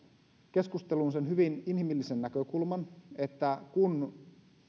keskusteluun myös sen hyvin inhimillisen näkökulman että